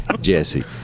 Jesse